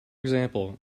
example